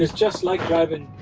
just just like driving